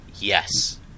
yes